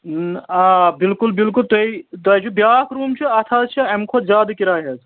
آ بِلکُل بِلکُل تُہۍ تۄہہِ چھُ بیٛاکھ روٗم چھُ اَتھ حظ چھِ اَمہِ کھۄتہٕ زیادٕ کِراے حظ